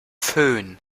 föhn